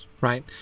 right